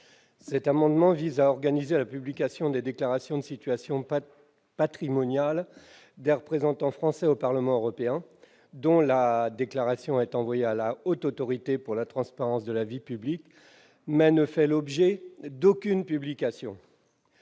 Cet amendement vise à organiser la publication des déclarations de situation patrimoniale des représentants français au Parlement européen. Actuellement, ces déclarations sont envoyées à la Haute Autorité pour la transparence de la vie publique, mais ne font l'objet d'aucune publication.